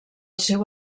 seu